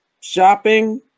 shopping